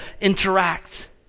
interact